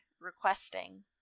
requesting